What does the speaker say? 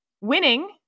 winning